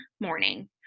morning